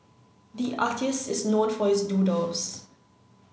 the artist is known for his doodles